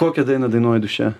kokią dainą dainuoji duše